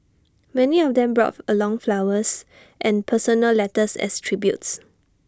many of them brought along flowers and personal letters as tributes